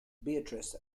beatrice